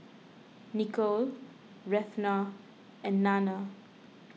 Nikole Retha and Nanna